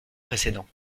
précédent